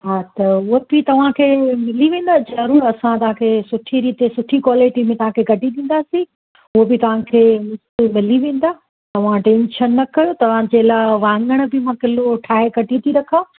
हा त उहो बि तव्हांखे मिली वेंदव ज़रूरु असां तव्हांखे सुठी रीति सुठी कॉलेटी में तव्हांखे कढी ॾींदासीं उहो बि तव्हांखे मिली वेंदा तव्हां टेंशन न कयो तव्हांजे लाइ वाङण बि मां किलो ठाहे कढी थी रखां